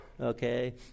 Okay